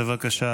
בבקשה,